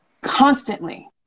Constantly